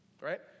Right